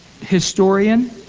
historian